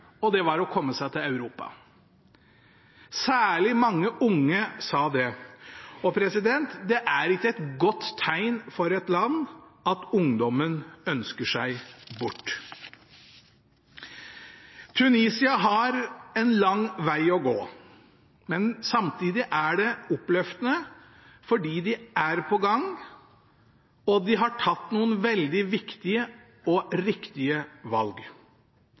og det var å komme seg til Europa. Særlig mange unge sa det. Og det er ikke et godt tegn for et land at ungdommen ønsker seg bort. Tunisia har en lang veg å gå, men samtidig er det oppløftende, for de er på gang, og de har tatt noen veldige viktige og riktige valg.